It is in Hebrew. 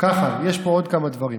פה עוד כמה דברים.